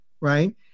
right